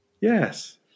Yes